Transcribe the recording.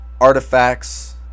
artifacts